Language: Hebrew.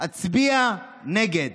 אצביע נגד".